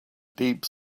deep